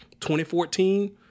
2014